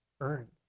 earn